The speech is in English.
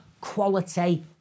Quality